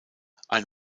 ein